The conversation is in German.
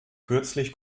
kürzlich